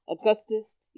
Augustus